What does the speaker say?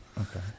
Okay